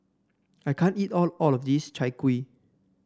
I can't eat all all of this Chai Kuih